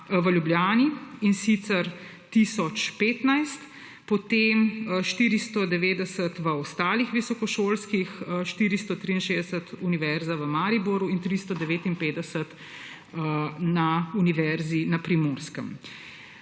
v Ljubljani, in sicer tisoč 15, potem 490 v ostalih visokošolskih zavodih, 463 – Univerza v Mariboru in 359 na Univerzi na Primorskem.